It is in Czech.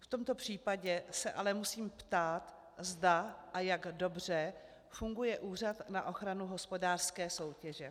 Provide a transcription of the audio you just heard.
V tomto případě se ale musím ptát, zda a jak dobře funguje Úřad na ochranu hospodářské soutěže.